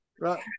Right